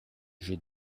j’ai